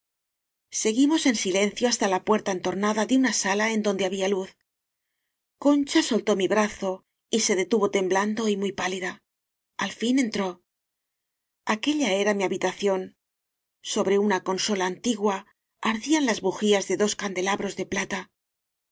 seguimos en silencio hasta la puerta entor nada de una sala en donde había luz con cha soltó mi brazo y se detuvo temblando y muy pálida al fin entró aquella era mi ha bitación sobre una consola antigua ardían las bujías de dos candelabros de plata